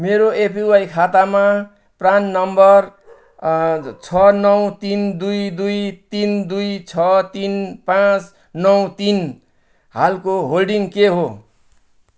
मेरो एपिवाई खातामा PRAN number अँ छ नौ तिन दुई दुई तिन दुई छ तिन पाँच नौ तिन हालको होल्डिङ के हो